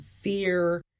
fear